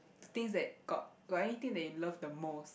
things that got got anything that you love the most